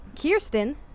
Kirsten